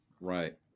Right